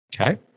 Okay